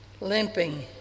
limping